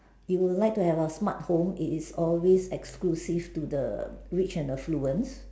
you will like to have a smart home it is always exclusive to the rich and the fluence